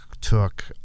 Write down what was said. took